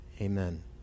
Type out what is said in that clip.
Amen